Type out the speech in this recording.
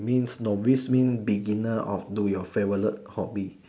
means novice mean beginner of to your favourite hobby